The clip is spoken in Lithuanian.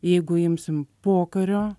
jeigu imsim pokario